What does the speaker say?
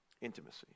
Intimacy